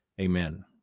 amen